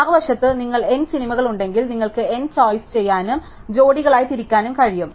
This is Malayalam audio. മറുവശത്ത് നിങ്ങൾക്ക് n സിനിമകളുണ്ടെങ്കിൽ നിങ്ങൾക്ക് n ചോയ്സ് ചെയ്യാനും ജോഡികളായി തിരഞ്ഞെടുക്കാനും കഴിയും